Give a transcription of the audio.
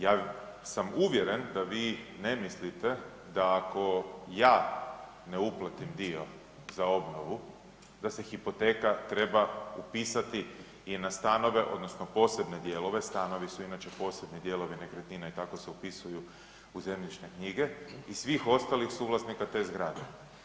Ja sam uvjeren da vi ne mislite da ako ja ne uplatim dio za obnovu da se hipoteka treba upisati i na stanove odnosno posebne dijelove, stanovi su inače posebni dijelovi nekretnine i tako se upisuju u zemljišne knjige, i svih ostalih suvlasnika te zgrade.